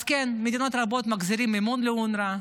אז כן, מדינות רבות מחזירות מימון לאונר"א